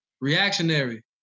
reactionary